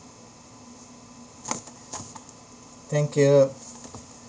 thank you